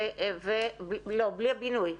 ובלי הבינוי?